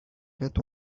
that